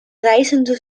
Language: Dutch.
rijzende